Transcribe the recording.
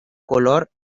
color